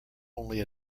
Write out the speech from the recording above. only